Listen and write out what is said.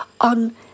on